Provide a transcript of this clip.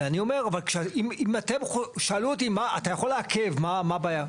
ואני אומר שאלו אותי אתה יכול לעכב, מה הבעיה?